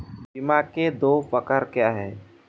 बीमा के दो प्रकार क्या हैं?